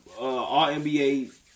All-NBA